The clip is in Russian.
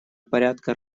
порядка